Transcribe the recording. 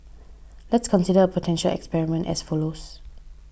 let's consider a potential experiment as follows